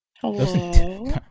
Hello